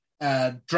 Drag